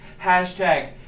hashtag